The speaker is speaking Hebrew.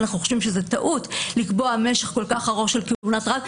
אנחנו חושבים שזאת טעות לקבוע משך כל כך ארוך של כהונת רב.